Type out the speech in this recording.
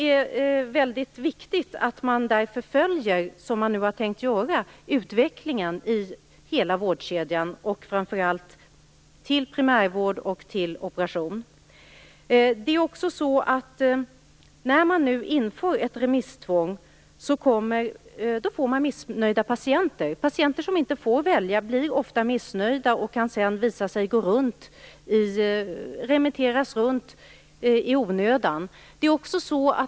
Därför är det viktigt att man, som man nu har tänkt, följer utvecklingen i hela vårdkedjan, framför allt primärvård och operation. När man nu inför ett remisstvång får man missnöjda patienter. Patienter som inte får välja blir ofta missnöjda och kan sedan visa sig bli remitterade runt i onödan.